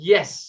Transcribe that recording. Yes